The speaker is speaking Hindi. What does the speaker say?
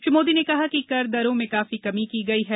श्री मोदी ने कहा कि कर दरों में काफी कमी की गई है